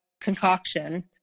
concoction